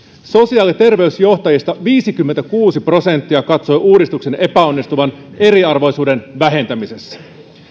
sosiaali ja terveysjohtajista viisikymmentäkuusi prosenttia katsoi uudistuksen epäonnistuvan eriarvoisuuden vähentämisessä